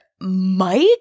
Mike